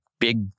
big